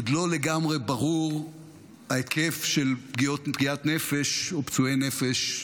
עוד לא לגמרי ברור ההיקף של פגיעת נפש או פצועי נפש,